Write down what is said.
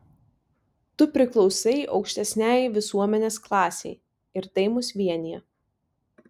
tu priklausai aukštesniajai visuomenės klasei ir tai mus vienija